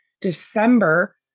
December